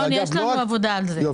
יש לנו עבודה על זה.